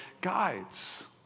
guides